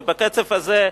ובקצב הזה,